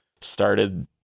started